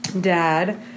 dad